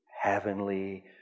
heavenly